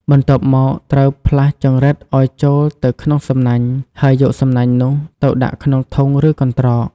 បន្ទាប់មក ត្រូវផ្លាស់ចង្រិតឲ្យចូលទៅក្នុងសំណាញ់ ហើយយកសំណាញ់នោះទៅដាក់ក្នុងធុង ឬកន្ត្រក។